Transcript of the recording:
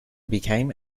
became